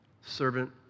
Servant